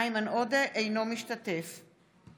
אינו משתתף בהצבעה